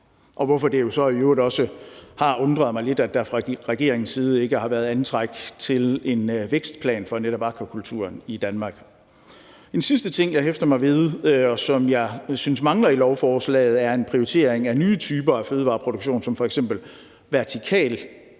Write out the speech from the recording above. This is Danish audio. hvorfor det jo så i øvrigt også har undret mig lidt, at der fra regeringens side ikke har været antræk til en vækstplan for netop akvakulturen i Danmark. En sidste ting, jeg hæfter mig ved, og som jeg synes mangler i lovforslaget, er en prioritering af nye typer af fødevareproduktion, f.eks. vertikalt